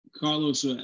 Carlos